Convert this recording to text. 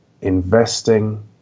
investing